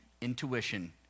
intuition